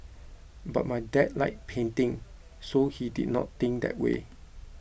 but my dad liked painting so he did not think that way